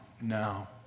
now